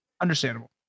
understandable